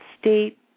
state